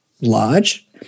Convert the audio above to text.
large